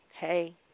hey